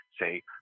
say